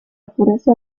pureza